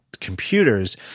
computers